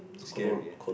scary eh